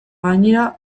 gainera